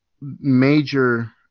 major